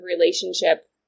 relationship